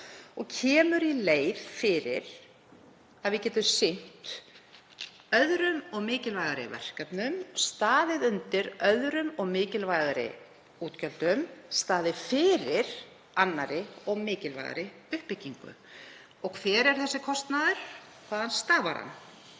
og kemur í leið í veg fyrir að við getum sinnt öðrum og mikilvægari verkefnum, staðið undir öðrum og mikilvægari útgjöldum, staðið fyrir annarri og mikilvægari uppbyggingu. Og hver er þessi kostnaður? Hvaðan stafar hann?